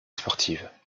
sportives